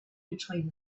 between